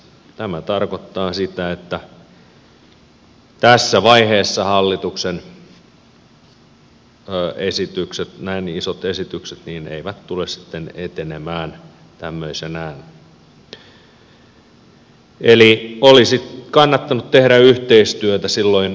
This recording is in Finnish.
tämä tarkoittaa sitä että tässä vaiheessa hallituksen näin isot esitykset eivät tule sitten etenemään tämmöisenään eli olisi kannattanut tehdä yhteistyötä silloin ajoissa